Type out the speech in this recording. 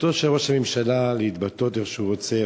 זכותו של ראש הממשלה להתבטא איך שהוא רוצה,